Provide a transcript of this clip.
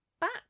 Back